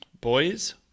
boys